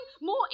more